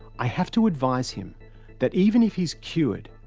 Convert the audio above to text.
i have to advise him that, even if he is cured,